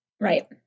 Right